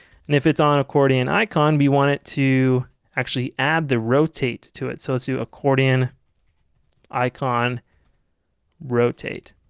and if it's on accordion icon' we want it to actually add the rotate to it. so let's do accordion icon rotate'